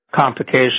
complications